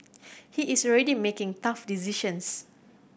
he is already making tough decisions